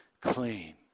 clean